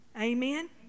Amen